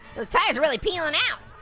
those tires are really peeling out.